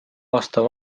aasta